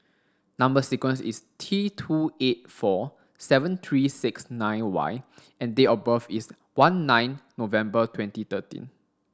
number sequence is T two eight four seven three six nine Y and date of birth is one nine November twenty thirteen